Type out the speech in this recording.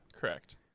Correct